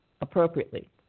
appropriately